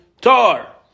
tar